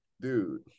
dude